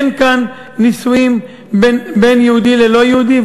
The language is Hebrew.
אין כאן נישואים בין יהודי ללא יהודי,